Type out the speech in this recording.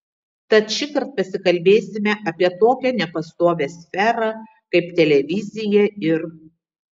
tad šįkart pasikalbėsime apie tokią nepastovią sferą kaip televizija ir